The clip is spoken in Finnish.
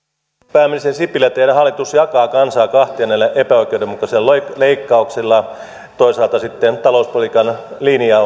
pääministeri sipilä teidän hallituksenne jakaa kansaa kahtia näillä epäoikeudenmukaisilla leikkauksilla toisaalta sitten talouspolitiikan linja